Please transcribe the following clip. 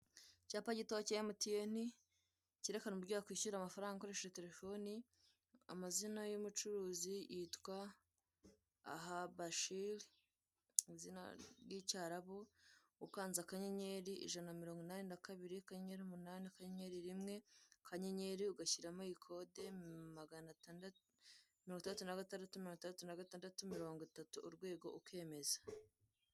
Ubwo wibajije ikoranabuhanga ni byiza cyane kuko nanone ukugira ubunebwe ntabwo ujya uva mu rugo ngo ubashe kutemberera n'ahantu dutuye uko hameze ariko nanone birafasha niyo unaniwe ntabwo ushobora kuva iwanyu unaniwe cyangwa utashye bwije ngo ujye ku isoko guhaha. Nkuko ubibone iki ni ikirango kerekana imyenda y'iminyarwanda n'inkweto zikorerwa mu rwanda nawe wabyihangira